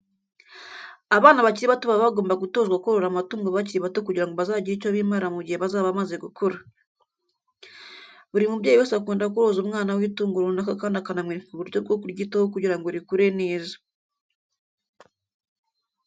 Abana bakiri bato baba bagomba gutozwa korora amatungo bakiri bato kugira ngo bazagire icyo bimarira mu gihe bazaba bamaze gukura. Buri mubyeyi wese akunda koroza umwana we itungo runaka kandi akanamwereka uburyo bwo kuryitaho kugira ngo rikure neza.